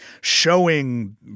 showing